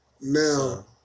Now